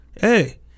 Hey